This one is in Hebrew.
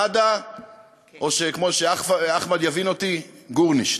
נאדה, או, ואחמד יבין אותי, גורנישט.